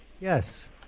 Yes